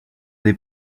des